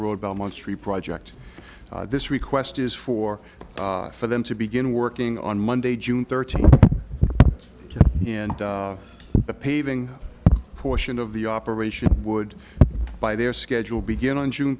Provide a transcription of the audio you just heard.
road belmont's tree project this request is for for them to begin working on monday june thirtieth in the paving portion of the operation would by their schedule begin on june